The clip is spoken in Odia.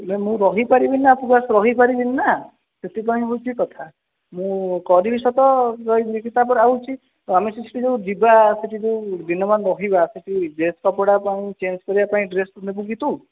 ମୁଁ ରହିପାରିବିନି ନା ଉପବାସ ରହିପାରିବିନି ନା ସେଥିପାଇଁ ହେଉଛି କଥା ମୁଁ କରିବି ସତ ତା'ପରେ ହେଉଛି ତ ଆମେ ସେଇଠି ଯେଉଁ ଯିବା ସେଇଠି ଯେଉଁ ଦିନମାନ ରହିବା ସେଇଠି ଡ୍ରେସ୍ କପଡ଼ା କ'ଣ ଚେଞ୍ଜ୍ କରିବା ପାଇଁ ଡ୍ରେସ୍ ନେବୁ କି ତୁ